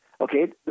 Okay